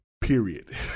period